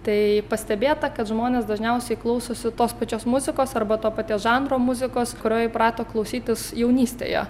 tai pastebėta kad žmonės dažniausiai klausosi tos pačios muzikos arba to paties žanro muzikos kurio įprato klausytis jaunystėje